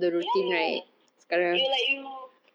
ya ya ya you like you